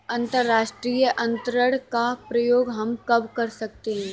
अंतर्राष्ट्रीय अंतरण का प्रयोग हम कब कर सकते हैं?